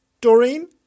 Doreen